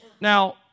Now